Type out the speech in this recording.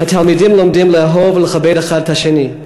התלמידים לומדים לאהוב ולכבד אחד את השני.